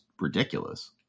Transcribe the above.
ridiculous